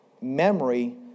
memory